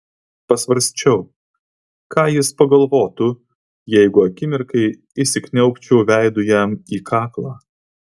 pasvarsčiau ką jis pagalvotų jeigu akimirkai įsikniaubčiau veidu jam į kaklą